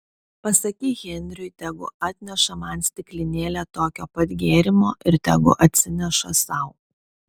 pasakyk henriui tegu atneša man stiklinėlę tokio pat gėrimo ir tegu atsineša sau